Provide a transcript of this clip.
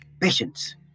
patience